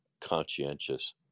conscientious